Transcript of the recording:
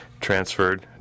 transferred